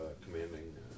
commanding